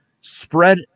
spread